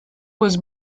was